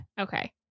Okay